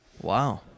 Wow